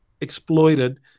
exploited